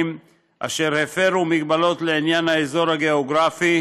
אשר הפרו הגבלות לעניין האזור הגיאוגרפי,